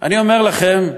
אני אומר לכם,